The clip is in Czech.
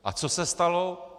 A co se stalo?